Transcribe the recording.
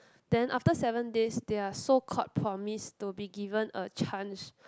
then after seven days they are so called promised to be given a chance